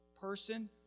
person